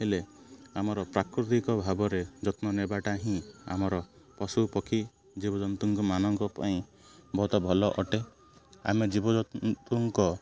ହେଲେ ଆମର ପ୍ରାକୃତିକ ଭାବରେ ଯତ୍ନ ନେବାଟା ହିଁ ଆମର ପଶୁପକ୍ଷୀ ଜୀବଜନ୍ତୁଙ୍କ ମାନଙ୍କ ପାଇଁ ବହୁତ ଭଲ ଅଟେ ଆମେ ଜୀବଜନ୍ତୁଙ୍କ